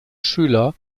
schüler